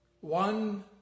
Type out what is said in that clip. One